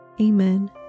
Amen